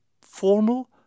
formal